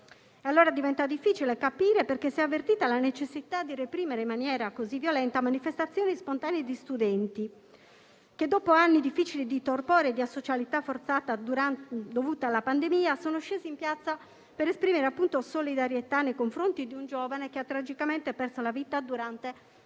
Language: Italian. allora difficile capire perché si è avvertita la necessità di reprimere in maniera così violenta manifestazioni spontanee di studenti che, dopo anni difficili di torpore e di asocialità forzata dovuta alla pandemia, sono scesi in piazza per esprimere solidarietà nei confronti di un giovane che ha tragicamente perso la vita durante l'orario